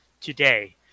today